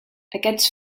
aquests